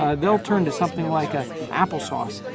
ah they'll turn to something like ah apple sauce,